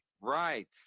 right